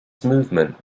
movement